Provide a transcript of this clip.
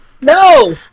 No